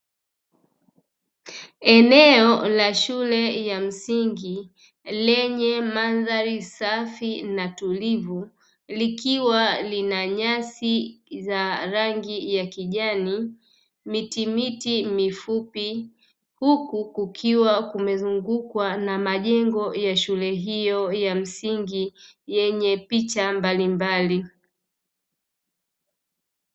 Eneo la shule ya msingi lenye mandhari safi na tulivu, likiwa lina: nyasi za rangi ya kijani, mitimiti mifupi; huku kukiwa kumezungukwa na majengo ya shule hiyo ya msingi yenye picha mbalimbali.